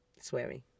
swearing